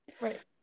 Right